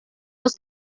los